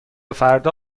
فردا